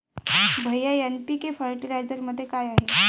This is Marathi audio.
भैय्या एन.पी.के फर्टिलायझरमध्ये काय आहे?